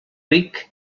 ric